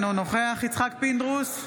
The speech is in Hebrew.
אינו נוכח יצחק פינדרוס,